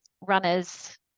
runners